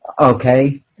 Okay